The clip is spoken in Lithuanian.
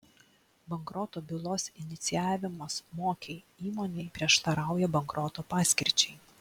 bankroto bylos inicijavimas mokiai įmonei prieštarauja bankroto paskirčiai